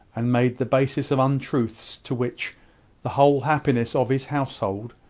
and made the basis of untruths to which the whole happiness of his household,